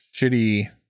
shitty